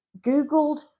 Googled